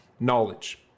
knowledge